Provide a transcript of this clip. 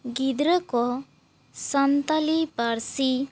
ᱜᱤᱫᱽᱨᱟᱹ ᱠᱚ ᱥᱟᱱᱛᱟᱲᱤ ᱯᱟᱹᱨᱥᱤ